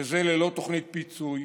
וזה ללא תוכנית פיצוי,